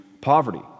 poverty